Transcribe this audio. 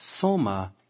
soma